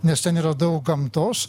nes ten yra daug gamtos